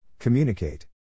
Communicate